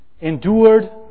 endured